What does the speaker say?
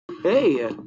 Hey